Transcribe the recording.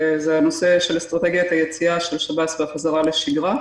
נושא אסטרטגיית היציאה של שב"ס וחזרה לשגרה.